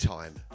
Time